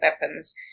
weapons